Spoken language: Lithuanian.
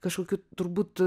kažkokiu turbūt